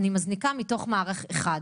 אני מזניקה מתוך מערך אחד.